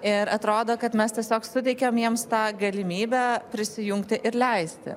ir atrodo kad mes tiesiog suteikėm jiems tą galimybę prisijungti ir leisti